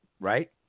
right